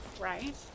right